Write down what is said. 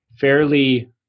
fairly